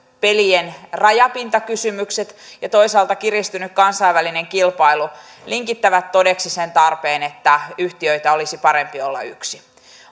pelien rajapintakysymykset ja toisaalta kiristynyt kansainvälinen kilpailu linkittävät todeksi sen tarpeen että yhtiöitä olisi parempi olla yksi